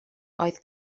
oedd